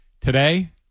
Today